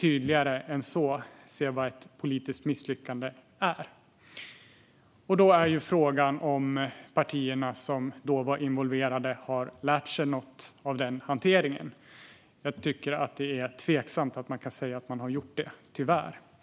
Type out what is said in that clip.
tydligare än så se vad ett politiskt misslyckande är. Frågan är då om de partier som var involverade har lärt sig något av den hanteringen. Det är tveksamt - tyvärr.